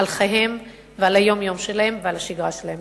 על חייהם ועל היום-יום שלהם ועל השגרה שלהם.